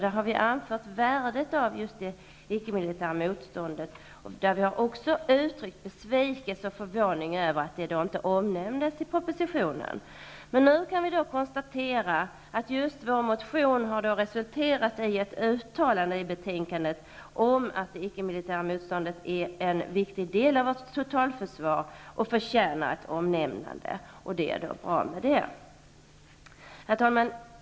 Där har vi anfört värdet av det ickemilitära motståndet. Vi har också uttryckt besvikelse och förvåning över att det inte omnämns i propositionen. Men nu kan vi konstatera att vår motion har resulterat i ett uttalande i betänkandet om att det icke-militära motståndet är en viktig del av vårt totalförsvar och förtjänar ett omnämnande. Det är bra. Herr talman!